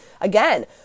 again